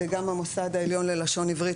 גם המוסד העליון ללשון עברית,